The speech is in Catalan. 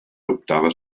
dubtava